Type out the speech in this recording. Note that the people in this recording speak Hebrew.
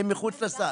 הם מחוץ לסל.